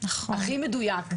הכי מדויק,